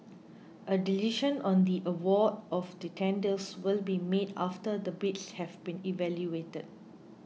a decision on the award of the tenders will be made after the bids have been evaluated